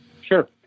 Sure